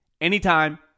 anytime